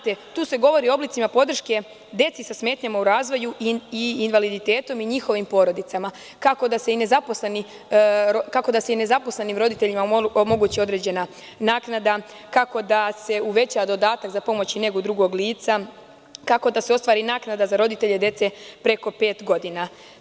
Tu se govori o oblicima podrške deci sa smetnjama u razvoju i invaliditetom i njihovim porodicama, kako da se i ne zaposlenim roditeljima omogući određena naknada, kako da se uveća dodatak za pomoć i negu drugog lica, kako da se ostvari naknada za roditelje dece preko pet godina.